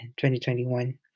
2021